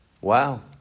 Wow